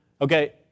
Okay